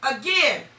again